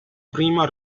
prima